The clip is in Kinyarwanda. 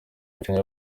mukinnyi